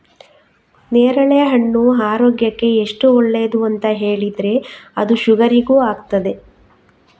ನೇರಳೆಹಣ್ಣು ಆರೋಗ್ಯಕ್ಕೆ ಎಷ್ಟು ಒಳ್ಳೇದು ಅಂತ ಹೇಳಿದ್ರೆ ಅದು ಶುಗರಿಗೂ ಆಗ್ತದೆ